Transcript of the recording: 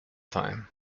time